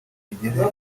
igere